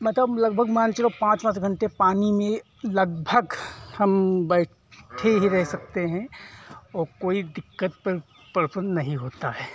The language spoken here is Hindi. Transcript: मतलब लगभग मान के चलो पाँच पाँच घंटे पानी में लगभग हम बैठे ही रह सकते हैं और कोई दिक्कत परेशानी नहीं होता है